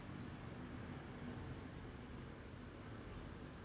like imagine you get to know them and you guys actually can click bond very well